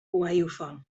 gwaywffon